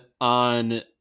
on